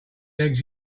legs